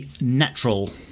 Natural